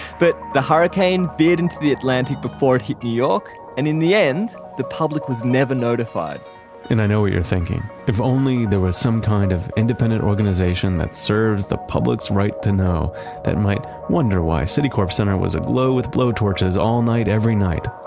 but the hurricane veered into the atlantic before it hit new york and in the end, the public was never notified i know what you're thinking. if only there was some kind of independent organization that serves the public's right to know that might wonder why citicorp center was aglow with blow torches all night every night.